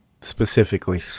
specifically